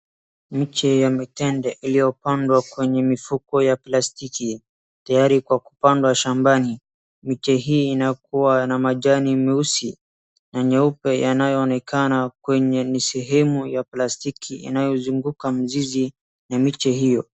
Miche ya mitende iliyopandwa kwenye mifuko ya plastic tayari kwa kupandwa shambani. Miche hii inakuwa na majani meusi na meupe yanayoonekana kwenye sehemu ya plastiki inayozunguka mizizi ya miche hiyo.